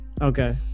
okay